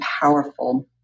powerful